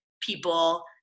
people